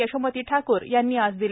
यशोमती ठाकूर यांनी आज दिले